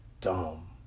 dumb